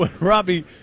Robbie